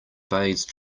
phase